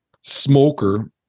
smoker